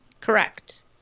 correct